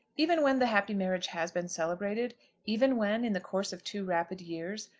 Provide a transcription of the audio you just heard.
even when the happy marriage has been celebrated even when, in the course of two rapid years,